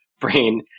brain